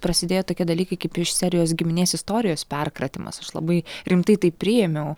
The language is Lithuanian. prasidėjo tokie dalykai kaip iš serijos giminės istorijos perkratymas aš labai rimtai tai priėmiau